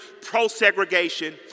pro-segregation